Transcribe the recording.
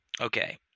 Okay